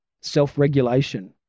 Self-regulation